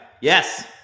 Yes